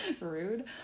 Rude